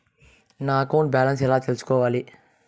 నా account balance ఎలా తెల్సుకోవాలి